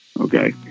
okay